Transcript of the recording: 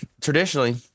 traditionally